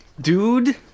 Dude